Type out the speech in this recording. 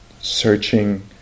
searching